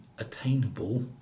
Attainable